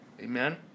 Amen